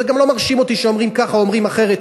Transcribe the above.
זה גם לא מרשים אותי שאומרים ככה או אומרים אחרת.